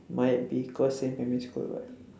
might be cause same primary school [what]